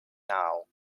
now